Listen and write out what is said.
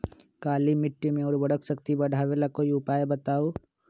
काली मिट्टी में उर्वरक शक्ति बढ़ावे ला कोई उपाय बताउ?